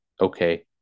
okay